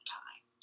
time